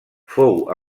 fou